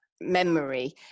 Memory